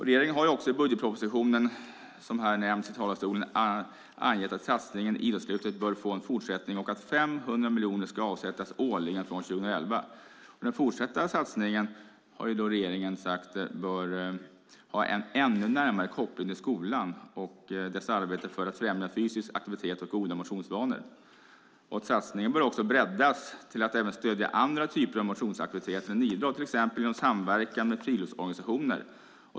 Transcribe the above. Regeringen har i budgetpropositionen för 2011 angett att satsningen Idrottslyftet bör få en fortsättning och att 500 miljoner kronor ska avsättas årligen från 2011. Den fortsatta satsningen bör enligt regeringen ha en ännu närmare koppling till skolans arbete för att främja fysisk aktivitet och goda motionsvanor. Satsningen bör enligt regeringen breddas till att även stödja andra typer av motionsaktiviteter än idrott, till exempel genom samverkan med friluftsorganisationer.